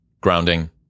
grounding